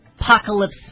apocalypse